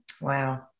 Wow